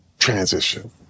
Transition